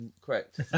correct